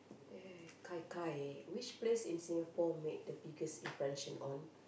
ya kai kai which place in Singapore made the biggest impression on